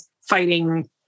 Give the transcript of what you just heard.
fighting